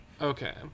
Okay